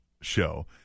show